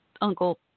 uncle